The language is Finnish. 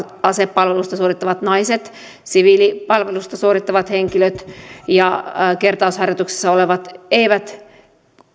asepalvelusta suorittavat naiset siviilipalvelusta suorittavat henkilöt ja kertausharjoituksissa olevat eivät